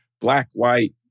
black-white